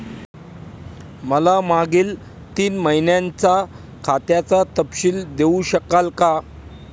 मला मागील तीन महिन्यांचा खात्याचा तपशील देऊ शकाल का?